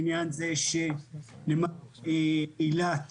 לעניין זה שנמל אילת